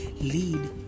lead